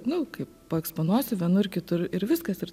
nu kaip paeksponuosiu vienur kitur ir viskas ir